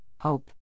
Hope